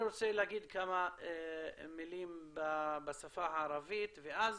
אני רוצה להגיד כמה מילים בשפה הערבית ואז